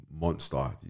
monster